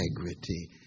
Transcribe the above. integrity